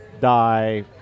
die